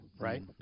right